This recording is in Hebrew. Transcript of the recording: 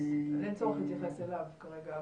אז אין צורך להתייחס אליו כרגע,